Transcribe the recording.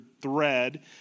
thread